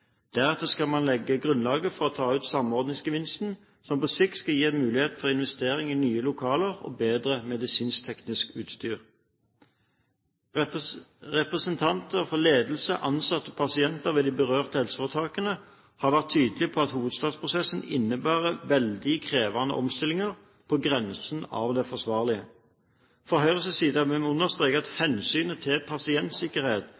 Deretter skal man legge grunnlaget for å ta ut samordningsgevinsten, som på sikt skal gi en mulighet for investering i nye lokaler og bedre medisinsk-teknisk utstyr. Representanter for ledelse, ansatte og pasienter ved de berørte helseforetakene har vært tydelige på at hovedstadsprosessen innebærer veldig krevende omstillinger, på grensen av det forsvarlige. Fra Høyres side vil vi understreke at